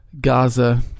Gaza